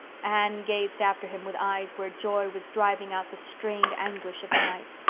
anne gazed after him with eyes where joy was driving out the strained anguish of the night.